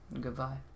goodbye